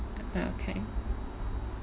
err okay